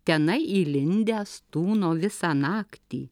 tenai įlindęs tūno visą naktį